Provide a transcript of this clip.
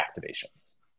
activations